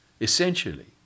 essentially